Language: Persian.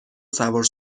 سوار